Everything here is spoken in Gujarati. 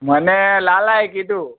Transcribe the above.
મને લાલાએ કીધું